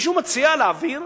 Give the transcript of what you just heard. מישהו מציע להעביר